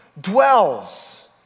dwells